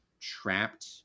trapped